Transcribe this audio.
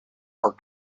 are